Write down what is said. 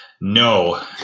No